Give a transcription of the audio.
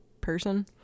person